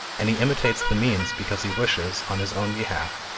and he imitates the means because he wishes, on his own behalf,